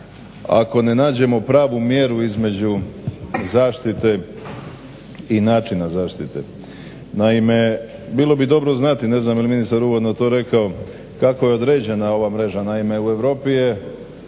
Ako ne nađemo pravu mjeru između zaštite i načina zaštite. Naime bilo bi dobro znati, ne znam je li ministar to uvodno rekao kako je određena ova mreža. Naime u Europi je